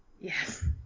Yes